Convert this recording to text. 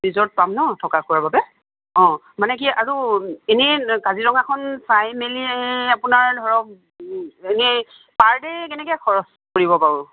resort পাম ন থকা খোৱাৰ বাবে অঁ মানে কি আৰু এনেই কাজিৰঙাখন চাই মেলি আপোনাৰ ধৰক এনেই পাৰ দে কেনেকৈ খৰছ পৰিব বাৰু